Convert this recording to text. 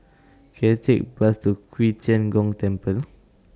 Can I Take A Bus to Qi Tian Gong Temple